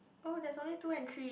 oh there's only two and three